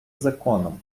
законом